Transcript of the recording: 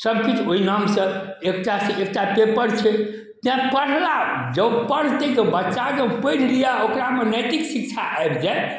सब किछु ओहि नाम सऽ एकटा से एकटा पेपर छै तै पढ़ला जँ पढ़तै बच्चा जे पढ़ि लिए ओकरामे नैतिक शिक्षा आबि जाय